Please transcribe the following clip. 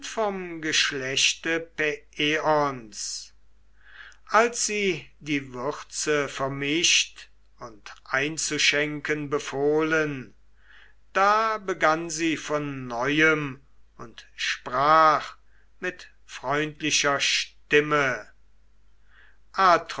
vom geschlechte paeions als sie die würze vermischt und einzuschenken befohlen da begann sie von neuem und sprach mit freundlicher stimme